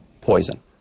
poison